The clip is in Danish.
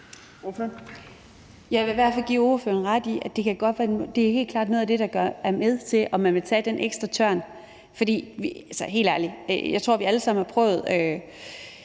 Jeg vil i hvert fald give ordføreren ret i, at det helt klart er noget af det, der er med til, om man vil tage den ekstra tørn. Jeg tror, vi alle sammen har prøvet,